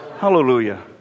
Hallelujah